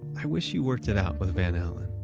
i wish you worked it out with van alen.